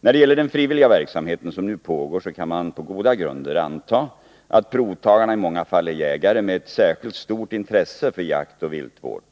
När det gäller den frivilliga verksamheten som nu pågår så kan man på goda grunder anta att provtagarna i många fall är jägare med ett särskilt stort intresse för jakt och viltvård.